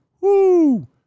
Woo